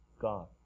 God